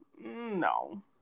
No